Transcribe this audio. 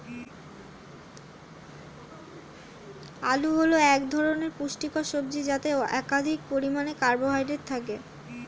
আলু হল এক ধরনের পুষ্টিকর সবজি যাতে অধিক পরিমাণে কার্বোহাইড্রেট থাকে